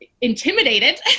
intimidated